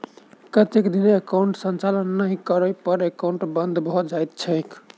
कतेक दिन एकाउंटक संचालन नहि करै पर एकाउन्ट बन्द भऽ जाइत छैक?